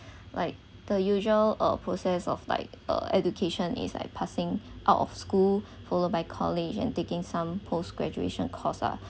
like the usual or process of like uh education is like passing out of school followed by college and taking some post graduation course ah